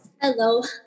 Hello